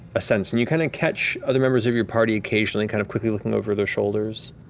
ah sense, and you kind of catch other members of your party occasionally kind of quickly looking over their shoulders,